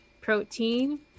protein